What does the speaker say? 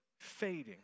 fading